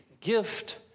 gift